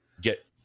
get